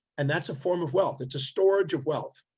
and that's a form of wealth. it's a storage of wealth,